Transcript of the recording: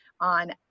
on